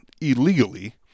illegally